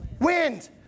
wind